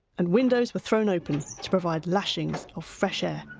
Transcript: and windows were thrown open to provide lashings of fresh air.